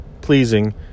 pleasing